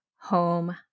home